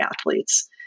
athletes